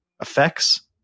effects